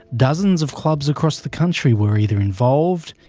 dozens of clubs across the country were either involved,